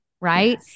Right